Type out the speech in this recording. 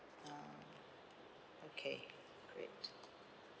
ah okay great